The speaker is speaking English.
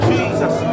Jesus